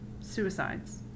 suicides